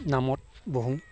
নামত বহো